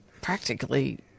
practically